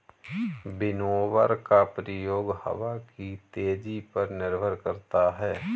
winnower का प्रयोग हवा की तेजी पर निर्भर करता है